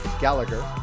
gallagher